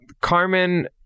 Carmen